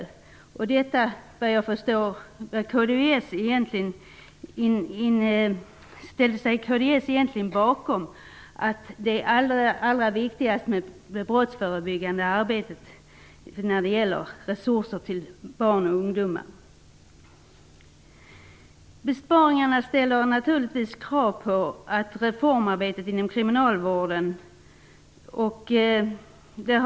Kds ställer sig, så vitt jag förstår, egentligen bakom uppfattningen att det är allra viktigast med resurser till barn och ungdomar när det gäller det brottsförebyggande arbetet. Besparingarna ställer naturligtvis krav på reformarbetet inom kriminalvården.